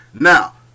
Now